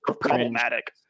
problematic